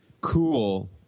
cool